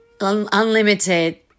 unlimited